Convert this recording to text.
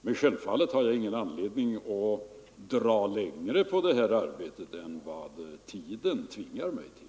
Men självfallet har jag ingen anledning att dra längre på detta arbete än vad tiden tvingar mig till.